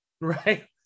Right